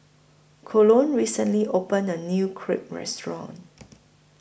Colon recently opened A New Crepe Restaurant